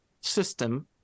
system